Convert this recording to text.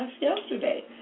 yesterday